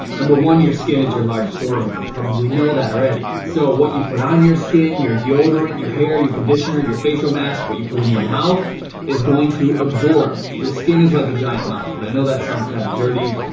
number one your skin is your largest organ. and you probably know that already. so what you put on your skin, your deodorant, your hair, your conditioner, your facial mask, what you put in your mouth is going to be absorbed. your skin is like a giant mouth, and i know that sounds kind of dirty.